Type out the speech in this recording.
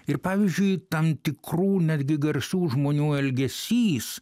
ir pavyzdžiui tam tikrų netgi garsių žmonių elgesys